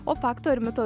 o fakto ir mito